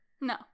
No